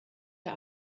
der